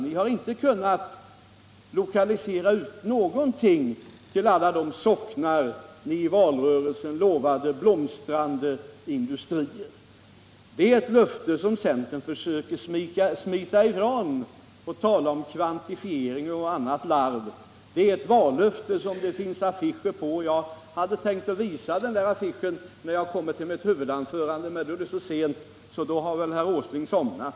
Ni har inte kunnat lokalisera ut någonting till alla de socknar ni i valrörelsen lovade blomstrande industrier. Det löftet försöker centern smita ifrån genom att tala om kvantifiering och annat larv. Det är ett vallöfte som finns på affischer. Jag hade tänkt visa den affischen när jag kommer till mitt huvudanförande, men då är det så sent, så då har väl herr Åsling somnat.